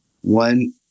one